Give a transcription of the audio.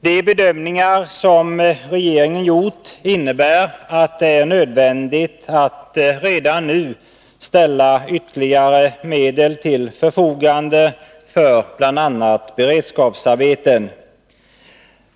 De bedömningar som regeringen gjort innebär att det är nödvändigt att redan nu ställa ytterligare medel till förfogande för bl.a. beredskapsarbeten.